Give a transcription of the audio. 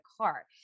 car